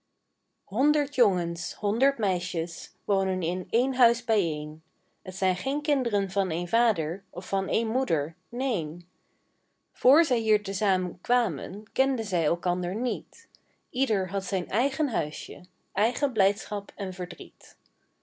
honderd jongens honderd meisjes wonen in één huis bijeen t zijn geen kind'ren van één vader of van ééne moeder neen vr zij hier te zamen kwamen kenden zij elkander niet ieder had zijn eigen huisje eigen blijdschap en verdriet